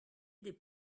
les